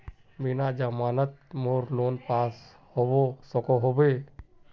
बिना जमानत मोर लोन पास होबे सकोहो होबे?